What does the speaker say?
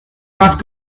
más